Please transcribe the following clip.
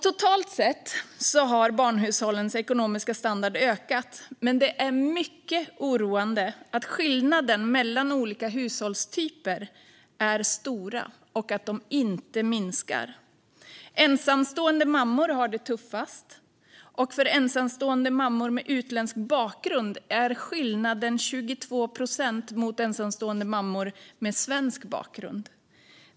Totalt sett har barnhushållens ekonomiska standard ökat, men det är mycket oroande att skillnaderna mellan olika hushållstyper är stora och inte minskar. Ensamstående mammor har det tuffast, och för ensamstående mammor med utländsk bakgrund är skillnaden 22 procent mot ensamstående mammor med svensk bakgrund.